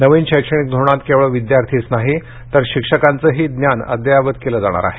नवीन शैक्षणिक धोरणात केवळ विद्यार्थीच नाही तर शिक्षकांचेही ज्ञान अद्ययावत केले जाणार आहे